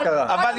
--- אוסנת,